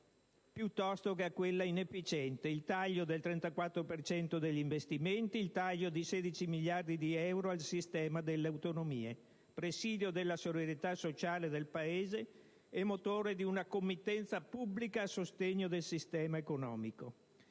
piuttosto che a quella inefficiente: il taglio del 34 per cento degli investimenti, il taglio di 16 miliardi di euro al sistema delle autonomie, presidio della solidarietà sociale del Paese e motore di una committenza pubblica a sostegno del sistema economico.